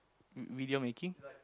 video making